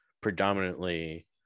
predominantly